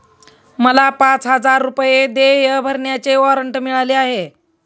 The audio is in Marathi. मला पाच हजार रुपये देय भरण्याचे वॉरंट मिळाले आहे